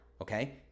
okay